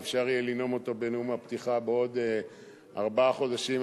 אפשר יהיה לנאום אותו בנאום הפתיחה בעוד ארבעה חודשים.